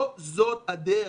לא זאת הדרך.